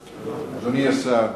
היושב-ראש,